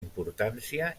importància